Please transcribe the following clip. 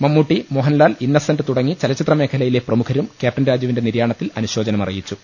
മമ്മൂട്ടി മോഹൻലാൽ ഇന്നസെന്റ് തുടങ്ങി ചലച്ചിത്രമേഖല യിലെ പ്രമുഖരും ക്യാപ്റ്റൻ രാജുവിന്റെ നിര്യാണത്തിൽ അനു ശോചനമറിയിച്ചു